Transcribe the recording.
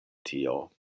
tio